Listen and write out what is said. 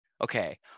okay